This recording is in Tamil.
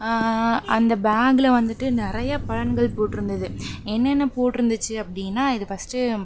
அந்த பேக்கில் வந்துட்டு நிறைய பலன்கள் போட்டுருந்துது என்னென்ன போட்டுருந்துச்சு அப்படின்னா இது ஃபஸ்ட்டு